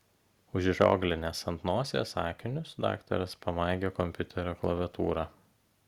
užrioglinęs ant nosies akinius daktaras pamaigė kompiuterio klaviatūrą